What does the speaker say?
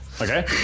Okay